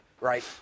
right